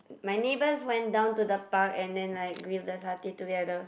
my neighbours went down to the park and then like grill the satay together